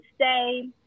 say